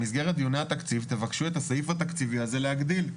במסגרת דיוני התקציב תבקשו את הסעיף התקציבי הזה להגדיל,